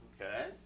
okay